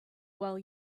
while